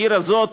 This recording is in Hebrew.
העיר הזו,